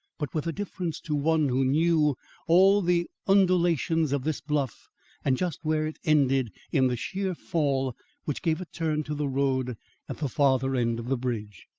but with a difference to one who knew all the undulations of this bluff and just where it ended in the sheer fall which gave a turn to the road at the farther end of the bridge.